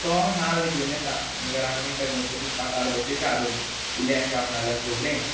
तो नाल्ल घेवन येता आनी घरा कडेन ते गणपतीक पाटार बसयता हाडून इल्ल्याश्या आपणाल्या झोपडेंत